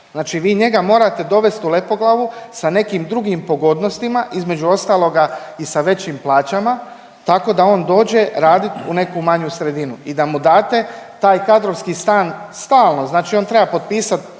Znači vi njega morate dovest u Lepoglavu sa nekim drugim pogodnostima, između ostaloga i sa većim plaćama tako da on dođe radit u neku manju sredinu i da mu date taj kadrovski stan stalno. Znači on treba potpisat